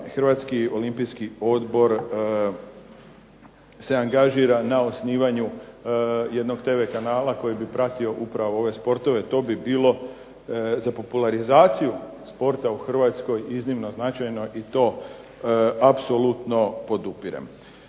Hrvatski olimpijski odbor se angažira na osnivanju jednog tv kanala koji bi pratio upravo ove sportove. To bi bilo za popularizaciju sporta u Hrvatskoj iznimno značajno i to apsolutno podupirem.